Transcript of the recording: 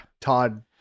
Todd